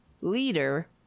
leader